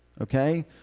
Okay